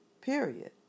Period